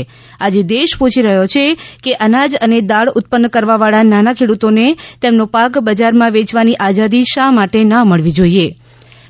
આજે દેશ પૂછી રહ્યો છે કે અનાજ અને દાળ ઉત્પન્ન કરવાવાળા નાના ખેડૂતોને તેમનો પાક બજારમાં વેચવાની આઝાદી શા માટે ન મળવી જોઇએ